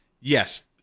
Yes